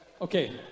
Okay